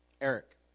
Eric